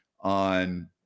on